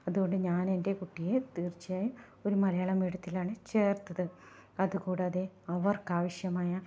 അതുകൊണ്ട് ഞാൻ എൻ്റെ കുട്ടിയെ തീർച്ചയായും ഒരു മലയാളം മീഡിയത്തിലാണ് ചേർത്തത് അത് കൂടാതെ അവർക്ക് ആവശ്യമായ